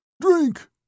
Drink